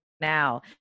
now